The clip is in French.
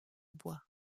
bois